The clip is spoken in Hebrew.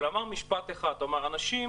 אבל הוא אמר משפט אחד: אנשים,